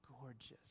gorgeous